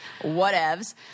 Whatevs